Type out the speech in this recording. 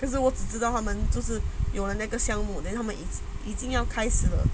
可是我只知道他们就是有了那个项目的 then 他们一一已经要开始了